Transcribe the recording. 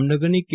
જામનગરની કે